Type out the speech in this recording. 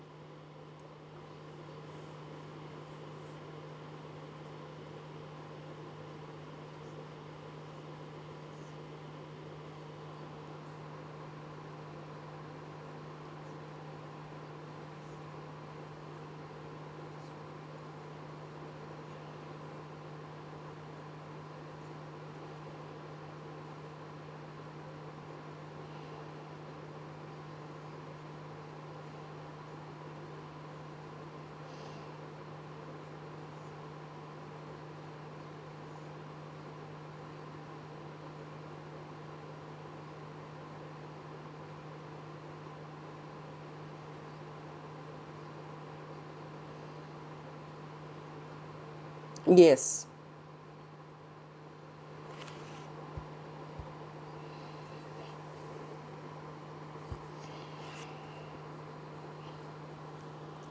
yes